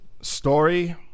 story